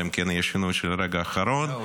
אלא אם כן יהיה שינוי של הרגע האחרון --- לא,